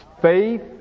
faith